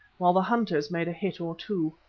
while the hunters made a hit or two.